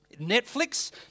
netflix